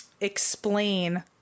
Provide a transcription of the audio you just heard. explain